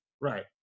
Right